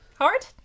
Hard